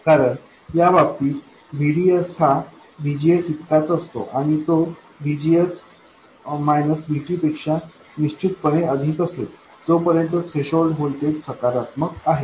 कारण या बाबतीत VDS हा VGS इतकाच असतो आणि तो VGS VT पेक्षा निश्चितपणे अधिक असेल जोपर्यंत थ्रेशोल्ड व्होल्टेज सकारात्मक आहे